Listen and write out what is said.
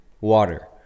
Water